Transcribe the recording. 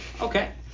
Okay